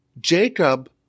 Jacob